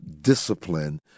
discipline